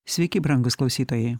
sveiki brangūs klausytojai